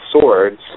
swords